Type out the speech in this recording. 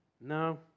No